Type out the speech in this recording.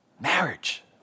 marriage